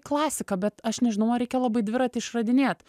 klasika bet aš nežinau ar reikia labai dviratį išradinėt